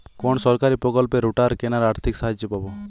কোন সরকারী প্রকল্পে রোটার কেনার আর্থিক সাহায্য পাব?